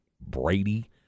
Brady